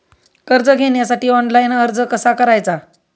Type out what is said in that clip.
कर्ज घेण्यासाठी ऑनलाइन अर्ज कसा करायचा?